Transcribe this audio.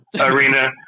arena